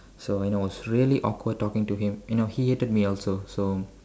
so you know it was really awkward talking to him you know he hated me also so